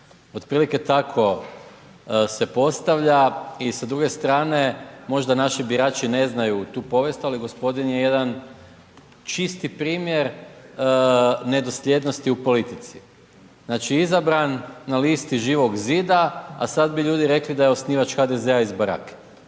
otprilike tako se postavlja. I sa druge strane možda naši birači ne znaju tu povijest, ali gospodin je jedan čisti primjer nedosljednosti u politici. Znači, izabran na listi Živog Zida, a sad bi ljudi rekli da je osnivač HDZ-a iz barake.